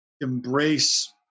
embrace